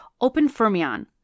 OpenFermion